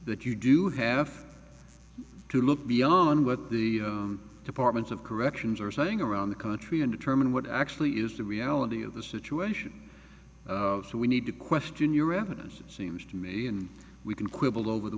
you do have to look beyond what the department of corrections are saying around the country and determine what actually is the reality of the situation and we need to question your evidence it seems to me and we can quibble over the